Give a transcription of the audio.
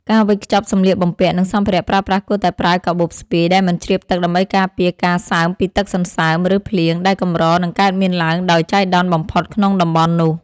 ការវេចខ្ចប់សម្លៀកបំពាក់ និង សម្ភារៈប្រើប្រាស់គួរតែប្រើកាបូបស្ពាយដែលមិនជ្រាបទឹកដើម្បីការពារការសើមពីទឹកសន្សើម ឬ ភ្លៀងដែលកម្រនឹងកើតមានឡើងដោយចៃដន្យបំផុតក្នុងតំបន់នោះ។